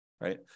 right